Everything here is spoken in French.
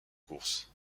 course